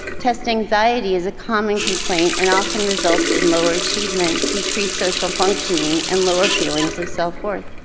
test anxiety is a common complaint and often results in lower achievement, decreased social functioning and lower feelings of self-worth.